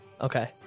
Okay